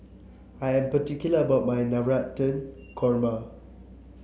I am particular about my Navratan Korma